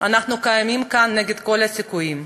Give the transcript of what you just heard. אנחנו קיימים כאן נגד כל הסיכויים.